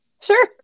sure